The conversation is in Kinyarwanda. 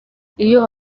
iyo